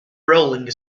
rolling